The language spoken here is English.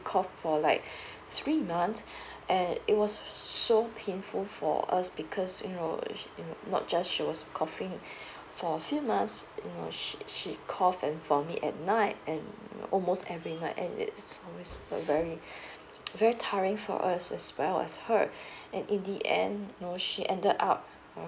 cough for like three months and it was so painful for us because you know um not just she was coughing like for a few months you know she cough and vomit at night um almost every night and it's was like very like very tiring for us as well as her and in the end no she ended up uh